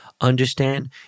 Understand